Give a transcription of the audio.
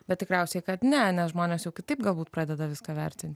bet tikriausiai kad ne nes žmonės jau kitaip galbūt pradeda viską vertint